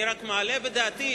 אני רק מעלה בדעתי,